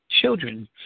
children